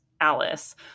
Alice